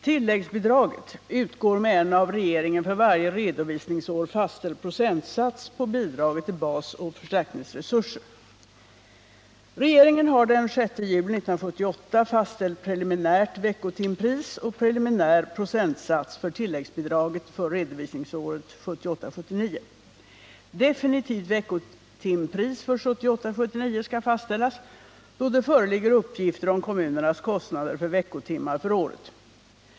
Tilläggsbidraget utgår med en av regeringen för varje redovisningsår fastställd procentsats på bidraget till basoch förstärkningsresurser. Regeringen har den 6 juli 1978 fastställt preliminärt veckotimpris och preliminär procentsats för tilläggsbidraget för redovisningsåret 1978 79 skall fastställas då det föreligger uppgifter om kommunernas kostnader för veckotimmar för året.